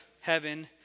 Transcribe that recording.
heaven